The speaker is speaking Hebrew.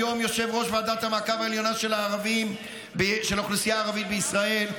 היום יושב-ראש ועדת המעקב העליונה של האוכלוסייה הערבית בישראל,